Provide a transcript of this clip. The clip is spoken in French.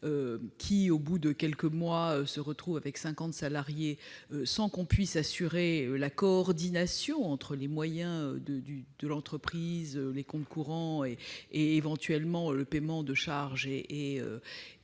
au bout de quelques mois avec cinquante salariés sans que l'on puisse assurer la coordination entre les moyens de la société, les comptes courants et, éventuellement, le paiement de charges